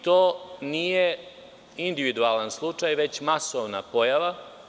To nije individualni slučaj već masovna pojava.